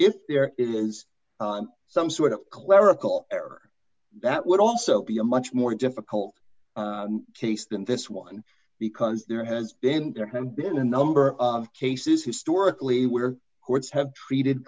if there is some sort of clerical error that would also be a much more difficult case than this one because there has been there have been a number of cases historically where courts have treated